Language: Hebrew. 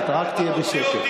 אתה רוצה שאני אצא?